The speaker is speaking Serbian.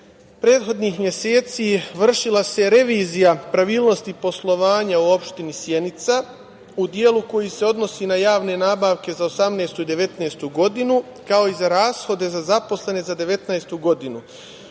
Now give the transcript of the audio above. prethodnih meseci vršila revizija nepravilnosti poslovanja u opštini Sjenica u delu koji se odnosi na javne nabavke za 2018. i 2019. godinu, kao i za rashode za zaposlene za 2019. godinu.